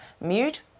mute